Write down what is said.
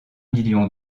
million